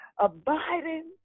abiding